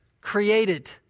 created